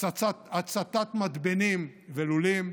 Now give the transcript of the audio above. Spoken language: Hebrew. הצתת מתבנים ולולים,